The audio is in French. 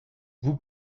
vous